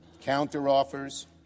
counter-offers